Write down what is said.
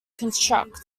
construct